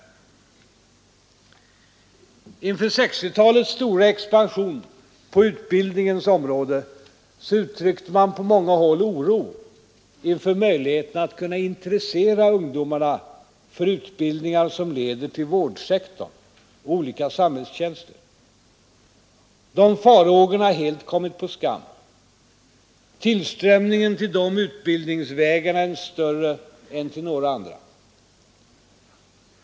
Inför 1960-talets stora expansion på utbildningens område uttrycktes på många håll oro inför möjligheten att kunna intressera ungdomen för utbildningar som leder till vårdsektorn och olika samhällstjänster. Dessa farhågor har helt kommit på skam. Tillströmningen till dessa utbildningsvägar är större än till några andra.